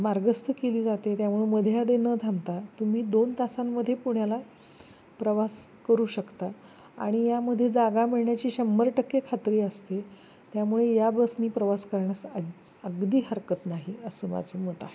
मार्गस्त केली जाते त्यामुळे मध्ये अधे न थांबता तुम्ही दोन तासांमध्ये पुण्याला प्रवास करू शकता आणि यामध्ये जागा मिळण्याची शंभर टक्के खात्री असते त्यामुळे या बसने प्रवास करण्यास अग अगदी हरकत नाही असं माझं मत आहे